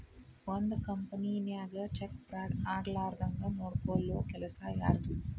ಒಂದ್ ಕಂಪನಿನ್ಯಾಗ check fraud ಆಗ್ಲಾರ್ದಂಗ್ ನೊಡ್ಕೊಲ್ಲೊ ಕೆಲಸಾ ಯಾರ್ದು?